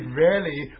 rarely